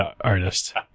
artist